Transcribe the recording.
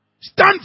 Stand